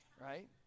right